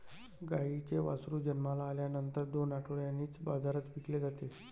गाईचे वासरू जन्माला आल्यानंतर दोन आठवड्यांनीच बाजारात विकले जाते